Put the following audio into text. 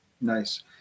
Nice